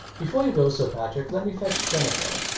before you go, sir patrick, let me fetch jennifer.